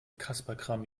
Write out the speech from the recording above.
kasperkram